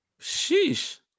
Sheesh